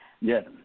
Yes